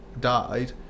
died